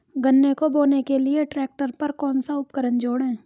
गन्ने को बोने के लिये ट्रैक्टर पर कौन सा उपकरण जोड़ें?